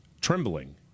trembling